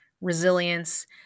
resilience